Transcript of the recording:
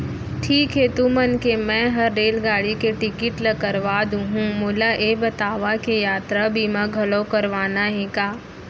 ठीक हे तुमन के मैं हर रेलगाड़ी के टिकिट ल करवा दुहूँ, मोला ये बतावा के यातरा बीमा घलौ करवाना हे का?